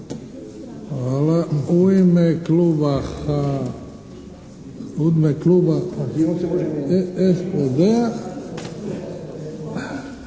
U ime kluba SDP-a,